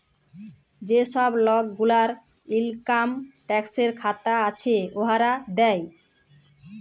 যে ছব লক গুলার ইলকাম ট্যাক্সের খাতা আছে, উয়ারা দেয়